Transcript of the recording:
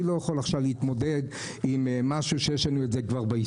אני לא יכול עכשיו להתמודד עם משהו שיש לנו בהיסטוריה,